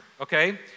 okay